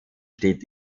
steht